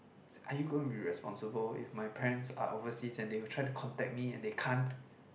are you going to be responsible if my parents are overseas and they will try to contact me and they can't